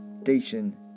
station